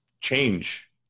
change